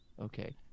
Okay